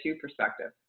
perspective